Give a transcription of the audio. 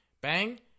Bang